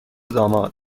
داماد